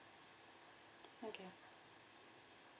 okay